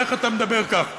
איך אתה מדבר כך,